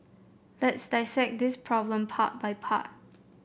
let's dissect this problem part by part